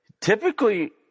Typically